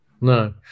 No